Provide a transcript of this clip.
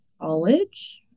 college